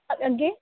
ਅ ਅੱਗੇ